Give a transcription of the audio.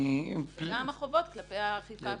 וגם החובות כלפי האכיפה הפלילית.